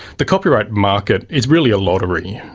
the copyright market is really a lottery.